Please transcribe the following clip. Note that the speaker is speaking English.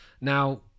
now